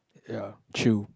ya chill